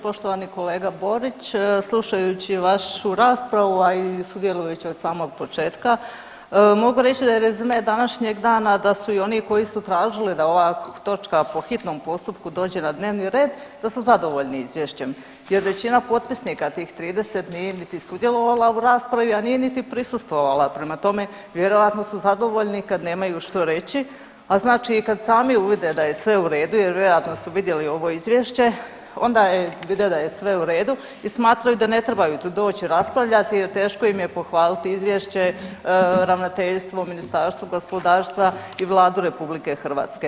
Poštovani kolega Borić, slušajući vašu raspravu, a i sudjelujući od samog početka mogu reći da je rezime današnjeg dana da su i oni koji su tražili da ova točka po hitnom postupku dođe na dnevni red da su zadovoljni izvješćem jer većina potpisnika tih 30 nije niti sudjelovala u raspravi, a nije niti prisustvovala, prema tome vjerojatno su zadovoljni kad nemaju što reći, a znači i kad sami uvide da je sve u redu jer vjerojatno su vidjeli ovo izvješće onda vide da je sve u redu i smatraju da ne trebaju tu doć i raspravljati jer teško im je pohvaliti izvješće, ravnateljstvo, Ministarstvo gospodarstva i Vladu RH.